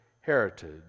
heritage